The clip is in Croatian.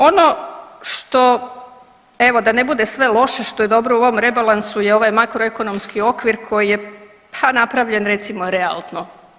Ono što, evo da ne bude sve loše što je dobro u ovom rebalansu je ovaj makroekonomski okvir koji je, pa napravljen recimo realno.